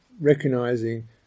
recognizing